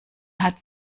hat